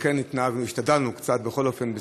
כן התנהגנו, השתדלנו קצת, בכל אופן בזכותך,